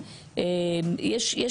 יודעים, יש